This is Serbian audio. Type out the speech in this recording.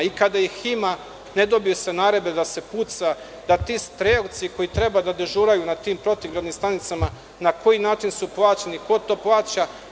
I kada ih ima ne dobiju se naredbe da se puca, ti strelci koji treba da dežuraju na tim protivgradnim stanicama, na koji način su plaćeni, ko to plaća?